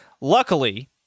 Luckily